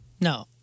No